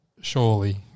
surely